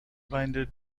blinded